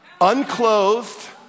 unclothed